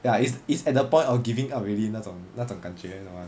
ya it's it's at the point of giving up already 那种那种感觉你懂吗